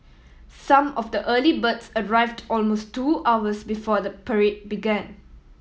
some of the early birds arrived almost two hours before the parade began